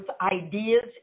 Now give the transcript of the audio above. ideas